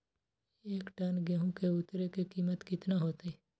एक टन गेंहू के उतरे के कीमत कितना होतई?